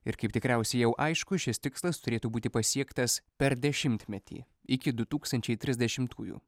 ir kaip tikriausiai jau aišku šis tikslas turėtų būti pasiektas per dešimtmetį iki du tūkstančiai trisdešimtųjų